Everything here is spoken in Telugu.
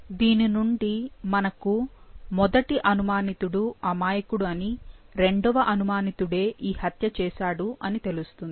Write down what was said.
దీని నుండి మనకు మొదటి అనుమానితుడు అమాయకుడు అని రెండవ అనుమానితుడే ఈ హత్య చేసాడని తెలుస్తుంది